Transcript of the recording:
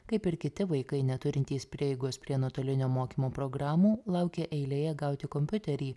kaip ir kiti vaikai neturintys prieigos prie nuotolinio mokymo programų laukia eilėje gauti kompiuterį